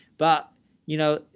but you know,